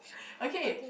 okay